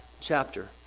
chapter